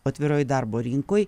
atviroj darbo rinkoj